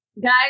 guys